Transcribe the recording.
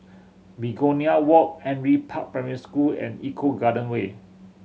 Begonia Walk Henry Park Primary School and Eco Garden Way